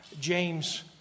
James